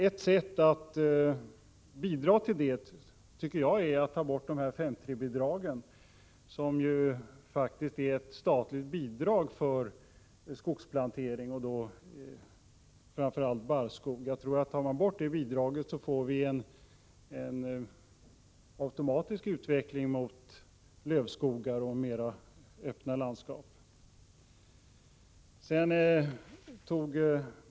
Ett sätt att bidra till dessa tycker jag är att ta bort 5:3-bidraget, som faktiskt är ett statligt bidrag för skogsplantering, framför allt av barrskog. Tar man bort det bidraget får man automatiskt en utveckling mot lövskogar och mer öppna landskap.